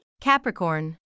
Capricorn